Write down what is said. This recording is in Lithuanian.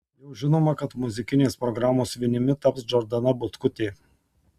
jau žinoma kad muzikinės programos vinimi taps džordana butkutė